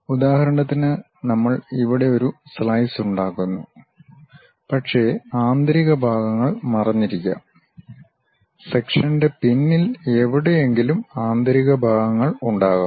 ഉദാഹരണത്തിന് നമ്മൾ ഇവിടെ ഒരു സ്ലൈസ് ഉണ്ടാക്കുന്നു പക്ഷേ ആന്തരിക ഭാഗങ്ങൾ മറഞ്ഞിരിക്കാം സെക്ഷൻ്റെ പിന്നിൽ എവിടെയെങ്കിലും ആന്തരിക ഭാഗങ്ങൾ ഉണ്ടാകാം